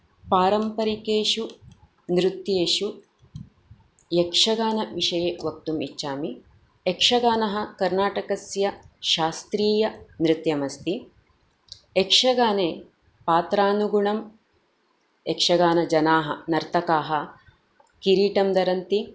पारम्परिकेषु नृत्येषु यक्षगानविषये वक्तुमिच्छामि यक्षगानः कर्नाटकस्य शास्त्रीयनृत्यमस्ति यक्षगाने पात्रानुगुणं यक्षगानजनाः नर्तकाः किरीटं धरन्ति